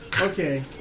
Okay